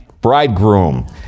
bridegroom